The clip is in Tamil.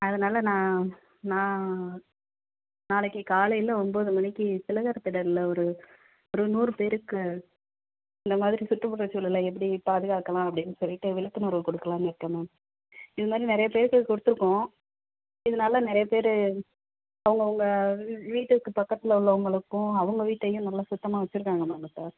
அதனால் நான் நான் நாளைக்கு காலையில் ஒம்பது மணிக்கு திலகர் திடலில் ஒரு ஒரு நூறு பேருக்கு இந்த மாதிரி சுற்றுப்புற சூழலை எப்படி பாதுகாக்கலாம் அப்படின்னு சொல்லிட்டு விழிப்புணர்வு கொடுக்கலான்னு இருக்கேன் மேம் இது மாதிரி நிறைய பேருக்கு கொடுத்துருக்கோம் இதுனால நிறைய பேர் அவங்கவுங்க வீ வீட்டுக்கு பக்கத்தில் உள்ளவங்களுக்கும் அவங்க வீட்டையும் நல்லா சுத்தமக வெச்சுருக்காங்க மேம் இப்போ